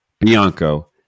Bianco